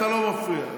לו אתה מפריע.